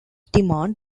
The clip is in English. demand